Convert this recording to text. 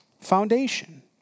foundation